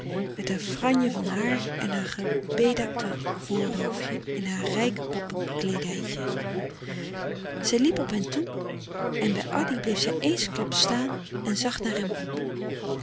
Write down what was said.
met haar franje van haar en haar gebedakte voorhoofdje in haar rijke poppe kleedijtje zij liep op hen toe en bij addy bleef zij eensklaps staan en zag naar hem op